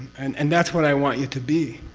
and and that's what i want you to be.